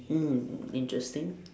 mm interesting